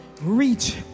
reach